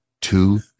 two